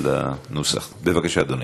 בבקשה, אדוני.